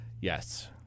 Yes